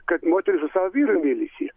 kad moteris su savo vyru mylisi